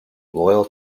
loyal